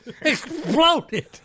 exploded